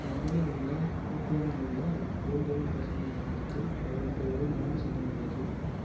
லண்டனில் உள்ள ஹூப்லோனில் உள்ள கோல்டரின் பசுமை மயானத்தில் அவருக்கு ஒரு நினைவுச் சின்னம் உள்ளது